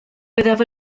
byddaf